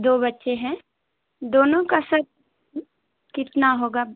दो बच्चे हैं दोनों का सर कितना होगा